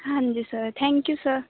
ਹਾਂਜੀ sir thank you sir